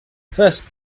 first